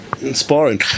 inspiring